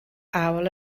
awel